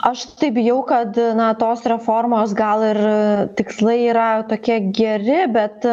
aš tai bijau kad na tos reformos gal ir tikslai yra tokie geri bet